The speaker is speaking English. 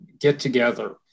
get-together